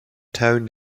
town